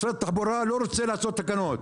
משרד התחבורה לא רוצה לעשות תקנות.